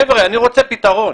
חבר'ה, אני רוצה פתרון.